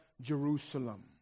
Jerusalem